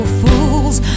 fools